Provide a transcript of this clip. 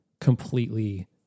completely